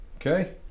Okay